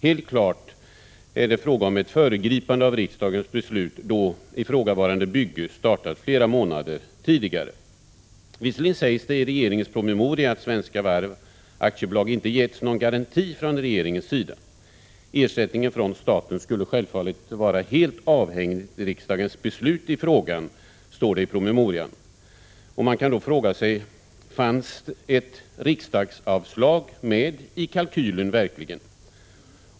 Helt klart är det fråga om ett föregripande av riksdagens beslut, då ifrågavarande bygge startat flera månader tidigare. Visserligen sägs det i regeringens promemoria att Svenska Varv AB inte getts någon garanti från regeringens sida. Ersättningen från staten skulle självfallet vara helt avhängig riksdagens beslut i frågan, står det i promemorian. Man kan då fråga sig: Fanns verkligen ett riksdagsavslag med i kalkylen?